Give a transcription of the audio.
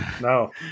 No